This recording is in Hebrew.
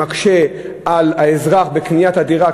שמקשה על האזרח בקניית הדירה,